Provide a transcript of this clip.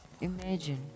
imagine